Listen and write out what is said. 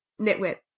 Nitwit